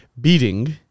beating